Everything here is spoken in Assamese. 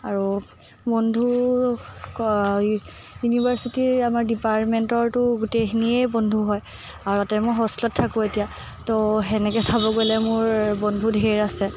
আৰু বন্ধু ক ইউনিভাৰ্চিটি আমাৰ ডিপাৰ্টমেণ্টৰতো গোটেইখিনিয়েই বন্ধু হয় আৰু তাতে মই হোষ্টেলত থাকোঁ এতিয়া ত' সেনেকৈ চাব গ'লে মোৰ বন্ধু ধেৰ আছে